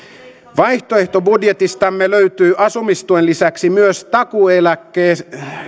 vaihtoehtobudjetistamme löytyy asumistuen lisäksi myös takuueläkkeen